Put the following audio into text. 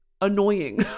annoying